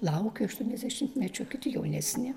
laukiu aštuoniasdešimtmečio kiti jaunesni